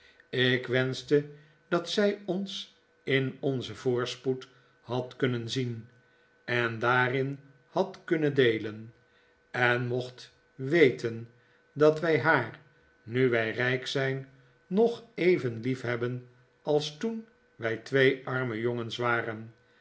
ik wenschte dat zij ons in onzen voorspoed had kunnen zien en daarin had kunnen deelen en mocht weten dat wij haar nu wij rijk zijn nog even liefhebben als toen wij twee arme jongens waren